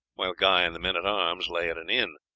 while guy and the men-at-arms lay at an inn.